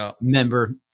member